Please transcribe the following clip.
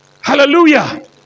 Hallelujah